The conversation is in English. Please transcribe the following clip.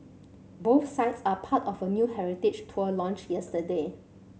both sites are part of a new heritage tour launched yesterday